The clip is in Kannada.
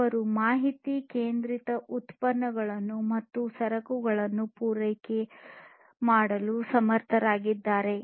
ಅವರು ಮಾಹಿತಿ ಕೇಂದ್ರಿತ ಉತ್ಪನ್ನಗಳು ಮತ್ತು ಸರಕುಗಳನ್ನು ಪೂರೈಸಲು ಸಮರ್ಥರಾಗಿದ್ದಾರೆ